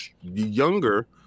younger